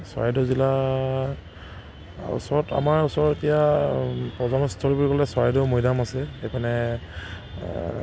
চৰাইদেউ জিলা ওচৰত আমাৰ ওচৰত এতিয়া পৰ্যটন স্থলী বুলি ক'লে চৰাইদেউ মৈদাম আছে সেইখনে